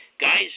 guys